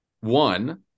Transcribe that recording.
One